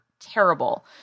terrible